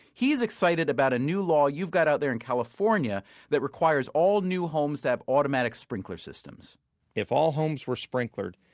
he's excited about a new law you've got out there in california that requires all new homes to have automatic sprinkler systems if all homes were sprinklered,